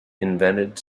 invented